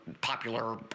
popular